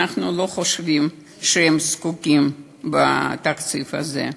אנחנו לא חושבים שהם זקוקים לתקציב הזה.